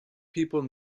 people